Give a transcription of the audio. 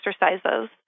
exercises